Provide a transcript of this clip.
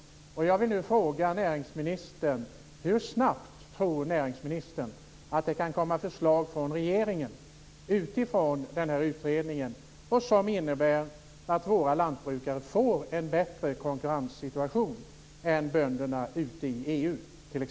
Jag vill nu fråga näringsministern hur snabbt han tror att det kan komma förslag från regeringen utifrån den här utredningen som innebär att våra lantbrukare får en bättre konkurrenssituation jämfört med bönderna ute i EU.